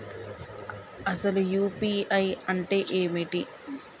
అసలు యూ.పీ.ఐ అంటే ఏమిటి?